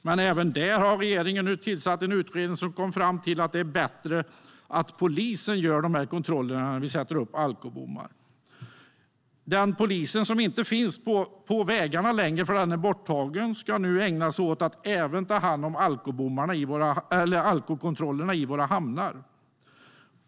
Men även där har regeringen nu tillsatt en utredning som kom fram till att det är bättre att polisen gör de här kontrollerna än att vi sätter upp alkobommar. Den polis som inte finns på vägarna längre, eftersom den är borttagen, ska nu ägna sig åt att även ta hand om alkokontrollerna i våra hamnar.